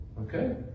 Okay